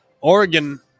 Oregon